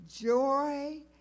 joy